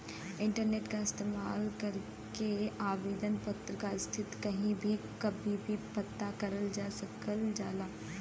internet क इस्तेमाल करके आवेदन पत्र क स्थिति कहीं भी कभी भी पता करल जा सकल जाला